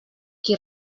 qui